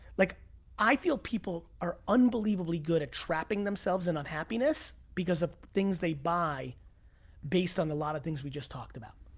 like i feel people are unbelievably good at trapping themselves in unhappiness because of things they buy based on a lot of things we just talked about.